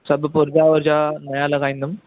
सभु पुरजा वुरजा नया लॻाईंदुमि